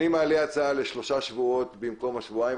אני מעלה הצעה לשלושה שבועות במקום השבועיים.